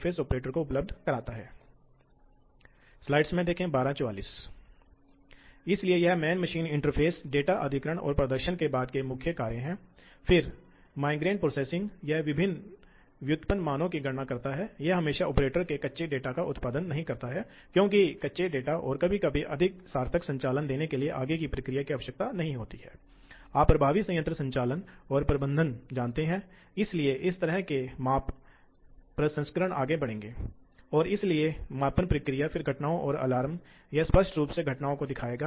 तो यह या तो गियर पर या बॉल स्क्रू में हो सकता है यह शाफ्ट एंगल एनकोडर पर भी हो सकता है इसलिए लेड स्क्रू पिच एरर हो सकता है यदि लीड स्क्रू के एक घुमाव से लीड नहीं हो सकता है तो लीड स्क्रू के साथ बिल्कुल समान राशि की उन्नति फिर उपकरण की लंबाई और कटर त्रिज्या के लिए आवश्यक क्षतिपूर्ति होती है वह चीज जो मैं अभी बात कर रहा था क्योंकि उपकरण के परिमित आयाम के कारण आपको ऐसी गति बनाने की आवश्यकता है यह टिप वास्तव में उस स्थिति के अनुसार कटती है जहां आप इसे काटना चाहते हैं